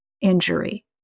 injury